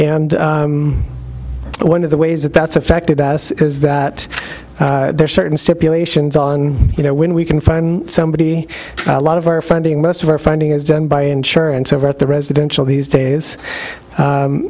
concerned but one of the ways that that's affected by this is that there are certain stipulations on you know when we can find somebody a lot of our funding most of our funding is done by insurance over at the residential these days